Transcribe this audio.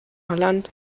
holland